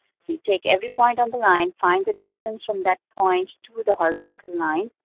so you take every point on the line, find the distance from that point to the horizontal line,